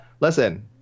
Listen